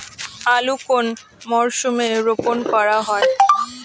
আলু কোন মরশুমে রোপণ করা হয়?